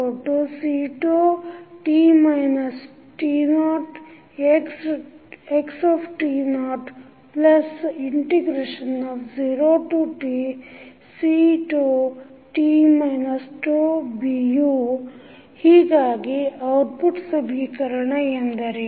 yCφt t0xt00tCφt τBudτDutt≥t0 ಹೀಗಾಗಿ ಔಟ್ಪುಟ್ ಸಮೀಕರಣ ಎಂದರೇನು